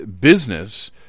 business